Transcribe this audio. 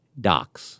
docs